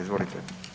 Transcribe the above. Izvolite.